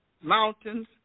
mountains